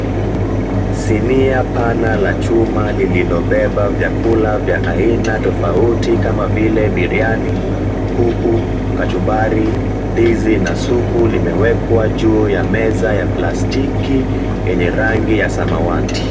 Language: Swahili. Sinia pana la chuma lililobeba vyakula vya aina tofauti kama vile: biriani, kuku, kachumbari, ndizi na supu limewekwa juu ya meza ya plastiki yenye rangi ya samawati.